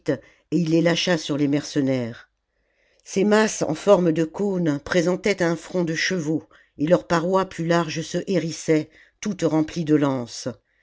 et il les lâcha sur les mercenaires ces masses en forme de cône présentaient un front de chevaux et leurs parois plus larges se hérissaient toutes remplies de lances